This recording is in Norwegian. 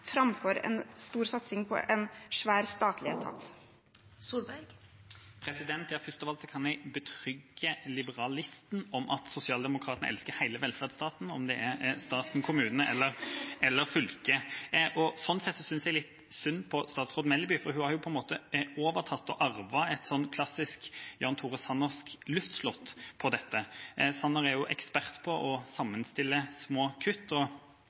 framfor en stor satsing på en svær statlig etat. Først av alt kan jeg betrygge liberalisten med at sosialdemokraten elsker hele velferdsstaten, enten det er staten, kommuner eller fylker. Slik sett synes jeg litt synd på statsråd Melby, for hun har på en måte overtatt og arvet et klassisk Jan Tore Sanner-luftslott her. Sanner er ekspert på å sammenstille små kutt.